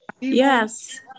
Yes